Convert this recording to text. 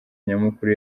nyamukuru